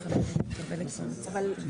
כל העולם של הרבנות הראשית,